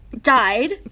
Died